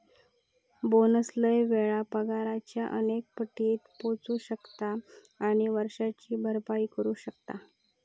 bonus लय वेळा पगाराच्या अनेक पटीत पोचू शकता आणि वर्षाची भरपाई करू शकता